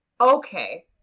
Okay